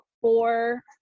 four